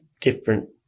different